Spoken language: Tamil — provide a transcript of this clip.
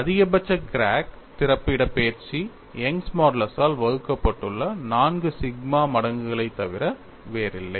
அதிகபட்ச கிராக் திறப்பு இடப்பெயர்ச்சி யங்கின் மாடுலஸால் Young's modulus வகுக்கப்பட்டுள்ள 4 சிக்மா மடங்குகளைத் தவிர வேறில்லை